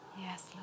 Yes